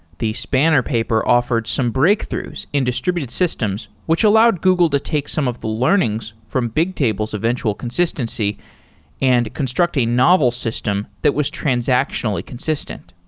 the spanner paper offered some breakthroughs in distributed systems, which allowed google to take some of the learnings from bigtable's eventual consistency and construct a novel system that was transactionally consistent.